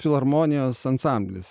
filharmonijos ansamblis